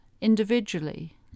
individually